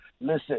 Listen